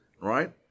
right